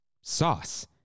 sauce